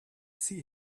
see